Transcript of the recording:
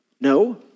No